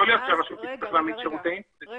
יכול להיותך שהרשות תצטרך להעמיד שירותי אינטרנט.